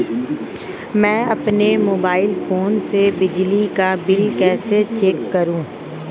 मैं अपने mobile phone से बिजली का बिल कैसे चेक करूं?